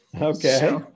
Okay